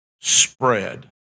spread